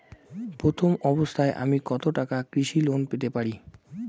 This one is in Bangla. প্রথম অবস্থায় আমি কত টাকা কৃষি লোন পেতে পারি?